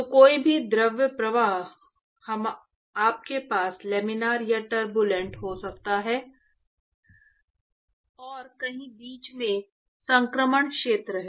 तो कोई भी द्रव प्रवाह आपके पास लामिनार या टर्बूलेंट हो सकता है और कहीं बीच में संक्रमण क्षेत्र है